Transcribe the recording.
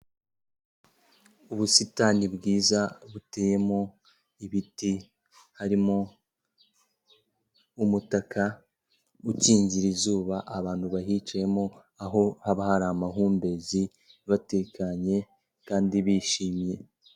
Ubusitani bwiza buteyemo ibiti, harimo umutaka ukingira izuba abantu bahicayemo, aho haba hari amahumbezi, batekanye kandi bishimye.